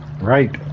Right